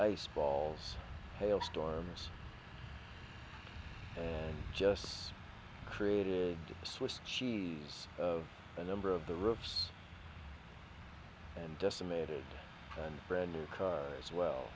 ice balls hail storms and just created a swiss cheese of a number of the roots and decimated and brand new car as well